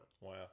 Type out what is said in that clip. Wow